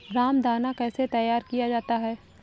रामदाना कैसे तैयार किया जाता है?